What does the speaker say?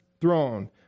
throne